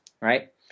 right